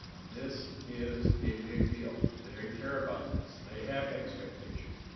this is a big deal. they care about this. they have expectations.